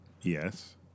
yes